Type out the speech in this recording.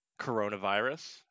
coronavirus